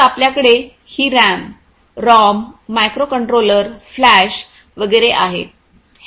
तर आपल्याकडे ही रॅम रॉम मायक्रोकंट्रोलर फ्लॅश वगैरे आहे